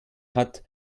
hat